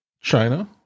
China